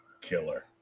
killer